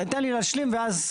תן לי להשלים, ואז.